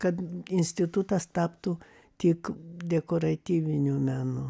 kad institutas taptų tik dekoratyviniu menu